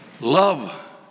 love